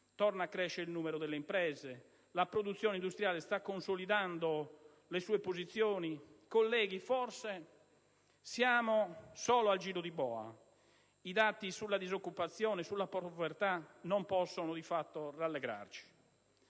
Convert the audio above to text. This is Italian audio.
(torna a crescere il numero delle imprese, la produzione industriale sta consolidando le sue posizioni), colleghi, forse siamo solo al giro di boa. I dati sulla disoccupazione e sulla povertà non possono di fatto farci